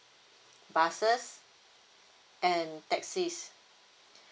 buses and taxies